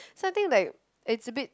so I think like it's a bit